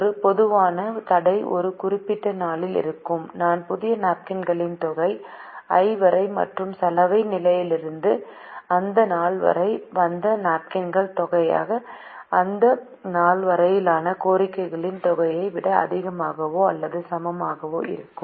ஒரு பொதுவான தடை ஒரு குறிப்பிட்ட நாளில் இருக்கும் நான் புதிய நாப்கின்களின் தொகை i வரை மற்றும் சலவை நிலையிலிருந்து அந்த நாள் வரை வந்த நாப்கின்களின் தொகை அந்த நாள் வரையிலான கோரிக்கைகளின் தொகையை விட அதிகமாகவோ அல்லது சமமாகவோ இருக்கும்